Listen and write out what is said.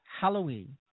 Halloween